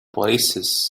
places